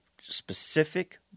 specific